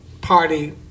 party